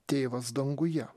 tėvas danguje